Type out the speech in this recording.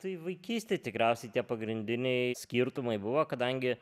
tai vaikystėj tikriausiai tie pagrindiniai skirtumai buvo kadangi